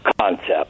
concept